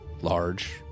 large